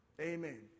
Amen